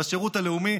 בשירות הלאומי,